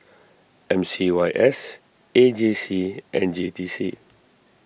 M C Y S A J C and J T C